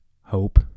hope